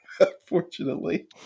unfortunately